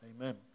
Amen